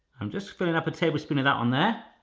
i'm just fillin' up a tablespoon of that one there.